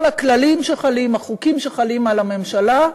כל הכללים שחלים, החוקים שחלים על הממשלה,